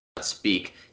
speak